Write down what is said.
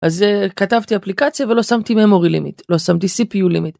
אז כתבתי אפליקציה ולא שמתי memory limit לא שמתי cpu limit.